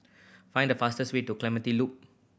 find the fastest way to Clementi Loop